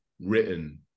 written